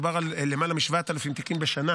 מדובר על יותר מ-7,000 תיקים בשנה